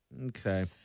Okay